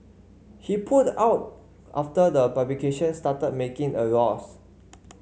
he pulled out after the publication started making a loss